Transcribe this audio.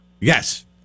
Yes